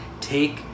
take